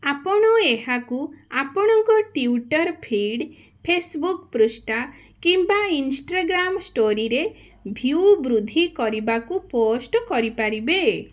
ଆପଣ ଏହାକୁ ଆପଣଙ୍କ ଟ୍ୱିଟର ଫିଡ଼ ଫେସବୁକ୍ ପୃଷ୍ଠା କିମ୍ୱା ଇନଷ୍ଟାଗ୍ରାମ ଷ୍ଟୋରୀରେ ଭ୍ୟୁ ବୃଦ୍ଧି କରିବାକୁ ପୋଷ୍ଟ କରିପାରିବେ